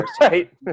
Right